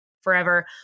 forever